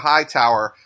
Hightower